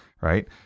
Right